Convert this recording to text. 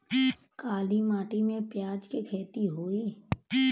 काली माटी में प्याज के खेती होई?